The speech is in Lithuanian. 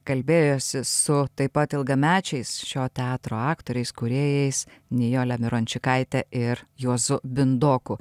kalbėjosi su taip pat ilgamečiais šio teatro aktoriais kūrėjais nijole mirončikaite ir juozo bindoko